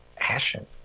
Ashen